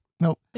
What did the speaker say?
Nope